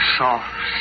soft